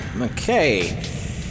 okay